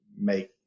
make